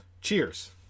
Cheers